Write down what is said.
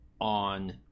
on